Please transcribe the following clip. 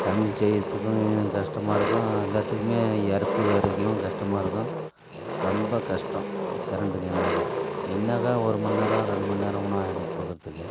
சமையல் செய்றதுக்கும் கஷ்டமாக இருக்கும் எல்லாத்துக்குமே இரப்பு இரைக்கயும் கஷ்டமாக இருக்கும் ரொம்ப கஷ்டம் கரண்டு நின்றாக்கா நின்றாக்கா ஒரு மணிநேரம் ரெண்டு மணிநேரம் கூட ஆகிடும் கொடுக்கறதுக்கு